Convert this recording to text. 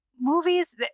movies